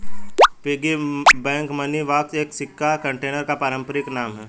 piggy bank money box एक सिक्का container का पारंपरिक नाम है